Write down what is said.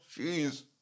jeez